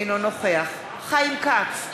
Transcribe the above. אינו נוכח חיים כץ,